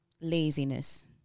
laziness